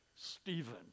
Stephen